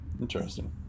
Interesting